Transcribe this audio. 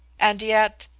and yet,